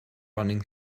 running